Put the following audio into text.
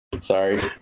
Sorry